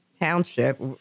Township